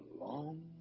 long